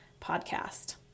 podcast